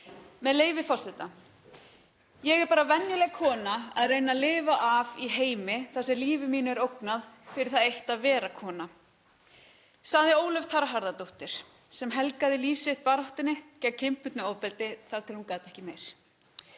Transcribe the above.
Með leyfi forseta: „Ég er bara venjuleg kona að reyna að lifa af í heimi þar sem lífi mínu er ógnað fyrir það eitt að vera kona,“ sagði Ólöf Tara Harðardóttir, sem helgaði líf sitt baráttunni gegn kynbundnu ofbeldi þar til hún gat ekki meir.